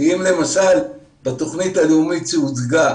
אם למשל בתכנית הלאומית שהוצגה